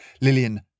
Lillian